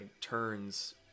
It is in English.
turns